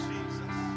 Jesus